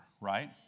right